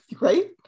Right